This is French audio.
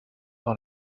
dans